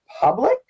public